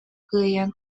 кыайан